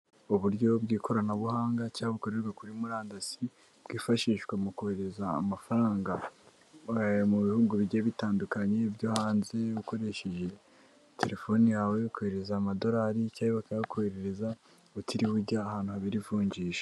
Uburyo bw'ikoranabuhanga cya bukorerwa kuri murandasi bwifashishwa mu kohereza amafaranga wa mu bihugu bigiye bitandukanye byo hanze ukoresheje telefoni yawe yo kohereza amadorari cyangwa bakayakoherereza ubutiriwe ujya ahantu habera ivunjisha.